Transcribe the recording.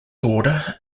order